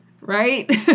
right